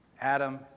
Adam